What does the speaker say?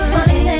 Funny